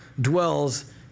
dwells